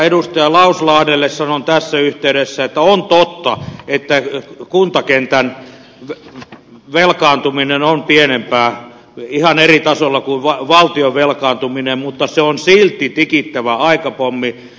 edustaja lauslahdelle sanon tässä yhteydessä että on totta että kuntakentän velkaantuminen on pienempää ihan eri tasolla kuin valtion velkaantuminen mutta se on silti tikittävä aikapommi